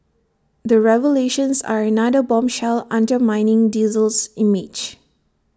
the revelations are another bombshell undermining diesel's image